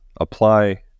apply